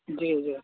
जी जी